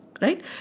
right